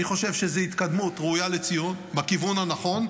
אני חושב שזו התקדמות ראויה לציון, בכיוון הנכון,